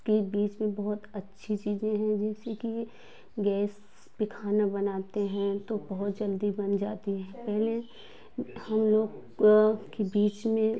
कि बीच में बहुत अच्छी चीज़ें हैं जैसे कि गैस पर खाना बनाते हैं तो बहुत जल्दी बन जाती है पहले हम लोग कि बीच में